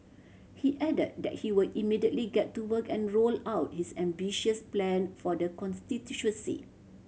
he added that he will immediately get to work and roll out his ambitious plan for the constituency